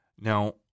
Now